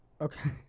Okay